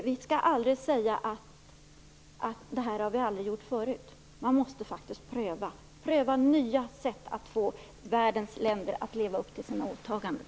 Vi skall aldrig säga: Det här har vi aldrig gjort förut. Man måste faktiskt pröva nya sätt att få världens länder att leva upp till sina åtaganden.